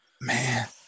man